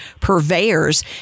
purveyors